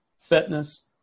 fitness